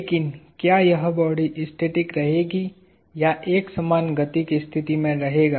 लेकिन क्या यह बॉडी स्टैटिक रहेगी या एक समान गति की स्थिति में रहेगा